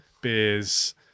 beers